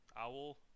owl